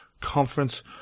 Conference